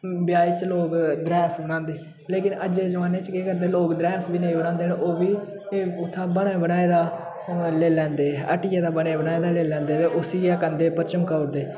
ब्याहें च लोक द्रैंस बनांदे हे लेकिन अज्जै दे जमाने च केह् करदे लोक द्रैंस बी नेईं बनांदे न ओह् बी उत्थें बने बनाए दा ले लैंदे हट्टियै दा बने बनाए दा ले लैंदे ते उसी गै कंधै उप्पर चम्काउड़दे